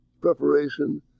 preparation